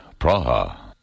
Praha